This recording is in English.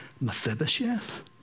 Mephibosheth